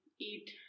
eat